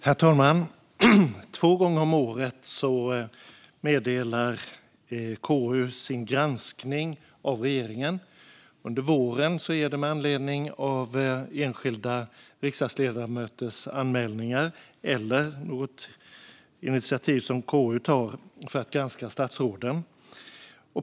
Herr talman! Två gånger om året meddelar KU resultatet av sin granskning av regeringen. Under våren är det med anledning av enskilda riksdagsledamöters anmälningar eller något initiativ som KU tar för att granska statsråden.